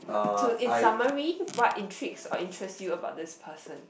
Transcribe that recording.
to in summary what intrigue or interest you about this person